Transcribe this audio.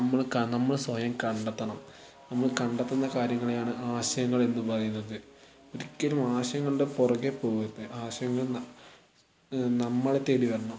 നമ്മള് കാ നമ്മള് സ്വയം കണ്ടെത്തണം നമ്മൾ കണ്ടെത്തുന്ന കാര്യങ്ങളെയാണ് ആശയങ്ങളെന്നു പറയുന്നത് ഒരിക്കലും ആശയങ്ങളുടെ പുറകെ പോകരുത് ആശയങ്ങൾ ന നമ്മളെത്തേടി വരണം